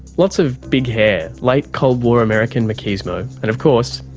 lots of big hair, late cold war american machismo and of course,